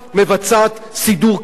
מבצעת סידור כזה.